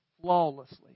flawlessly